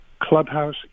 clubhouse